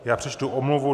Já přečtu omluvu.